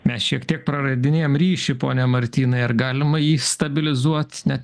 mes šiek tiek praradinėjam ryšį pone martynai ar galima jį stabilizuot net